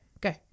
go